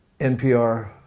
NPR